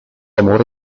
amore